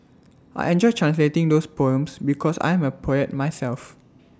I enjoyed translating those poems because I am A poet myself